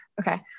Okay